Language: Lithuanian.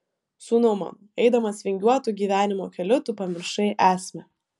sūnau mano eidamas vingiuotu gyvenimo keliu tu pamiršai esmę